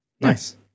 Nice